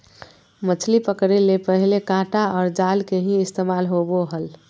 मछली पकड़े ले पहले कांटा आर जाल के ही इस्तेमाल होवो हल